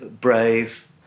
brave